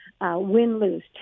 win-lose